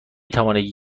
توانید